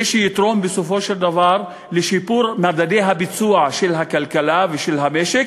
ושיתרום בסופו של דבר לשיפור מדדי הביצוע של הכלכלה ושל המשק,